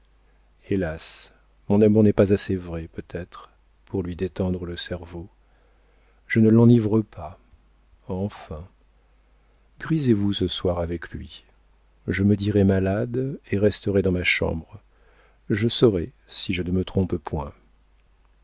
hélas mon amour n'est pas assez vrai peut-être pour lui détendre le cerveau je ne l'enivre pas enfin grisez vous ce soir avec lui je me dirai malade et resterai dans ma chambre je saurai si je ne me trompe point